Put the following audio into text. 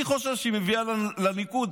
אני חושב שהיא מביאה לליכוד,